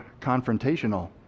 confrontational